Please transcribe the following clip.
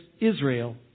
Israel